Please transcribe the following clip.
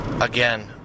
again